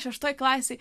šeštoj klasėj